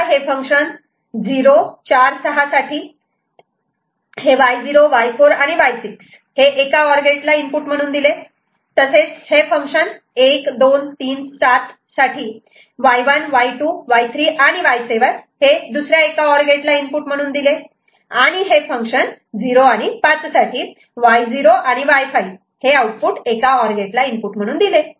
तेव्हा हे फंक्शन 0 4 6 साठी Y0 Y4 आणि Y6 हे एका ऑर गेट इनपुट म्हणून दिले तसेच हे फंक्शन 1 2 3 7 साठी Y1 Y2 Y3 आणि Y7 हे एका ऑर गेट ला इनपुट म्हणून दिले आणि हे फंक्शन 0 5 साठी Y0 आणि Y5 हे एका ऑर गेट ला इनपुट म्हणून दिले